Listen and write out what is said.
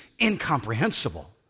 incomprehensible